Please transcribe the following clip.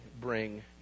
bring